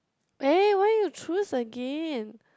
eh why you choose again